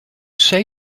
say